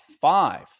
five